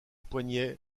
poignets